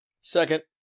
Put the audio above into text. Second